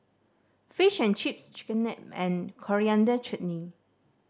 Fish and Chips Chigenabe and Coriander Chutney